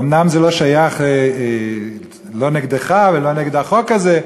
אומנם זה לא נגדך ולא נגד החוק הזה,